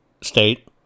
state